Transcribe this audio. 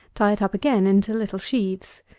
tie it up again into little sheaves.